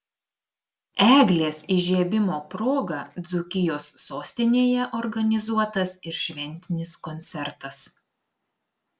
eglės įžiebimo proga dzūkijos sostinėje organizuotas ir šventinis koncertas